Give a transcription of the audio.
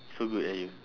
so good ah you